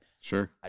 Sure